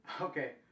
okay